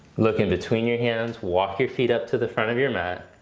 look in between your hands walk your feet up to the front of your mat.